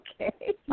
okay